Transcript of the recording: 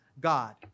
God